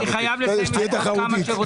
אני חייב לסיים ויש עוד כמה שרוצים.